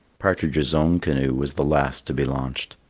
partridge's own canoe was the last to be launched.